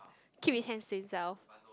keep his hands to himself